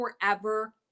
forever